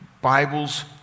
Bibles